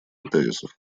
тезисов